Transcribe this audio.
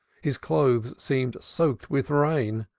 his clothes seemed soaked with rain.